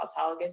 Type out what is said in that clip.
autologous